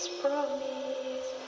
promise